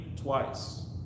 twice